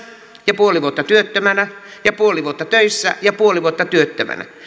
ja puoli vuotta työttömänä ja puoli vuotta töissä ja puoli vuotta työttömänä